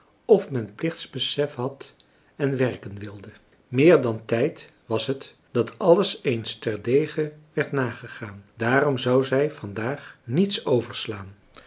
of men plichtbesef had en werken wilde meer dan tijd was het dat alles eens ter dege werd nagegaan daarom zou zij van daag niets overslaan